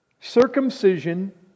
Circumcision